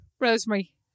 Rosemary